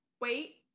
Wait